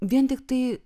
vien tiktai